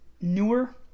newer